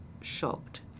shocked